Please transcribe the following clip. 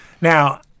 Now